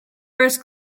first